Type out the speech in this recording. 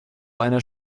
einer